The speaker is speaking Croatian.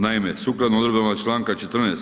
Naime, sukladno odredbama članka 14.